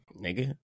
nigga